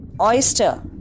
Oyster